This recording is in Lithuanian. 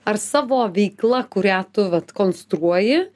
ar savo veikla kurią tu vat konstruoji